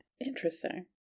Interesting